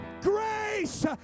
Grace